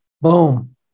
boom